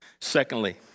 Secondly